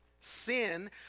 Sin